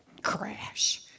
crash